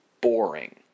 boring